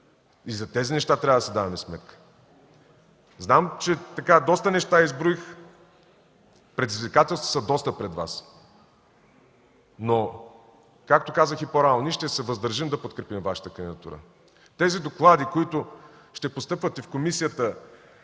И за тези неща трябва да си даваме сметка. Знам, че доста неща изброих, предизвикателствата са доста пред Вас, но както казах и по-рано, ние ще се въздържим да подкрепим Вашата кандидатура. Тези доклади, които ще постъпват и в Комисията